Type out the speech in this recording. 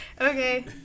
okay